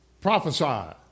prophesy